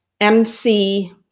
MC